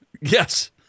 Yes